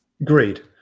Agreed